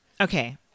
okay